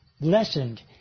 lessened